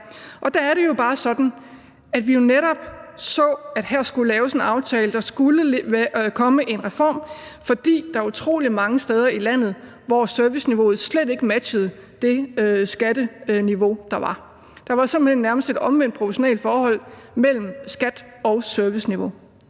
er. Der er det jo bare sådan, at vi netop så, at der her skulle laves en aftale. Der skulle komme en reform, fordi der var utrolig mange steder i landet, hvor serviceniveauet slet ikke matchede det skatteniveau, der var. Der var simpelt hen nærmest et omvendt proportionalt forhold mellem skat og serviceniveau.